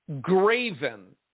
graven